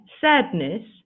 sadness